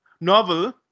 novel